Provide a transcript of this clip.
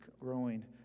growing